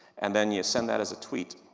and then you send that as a tweet.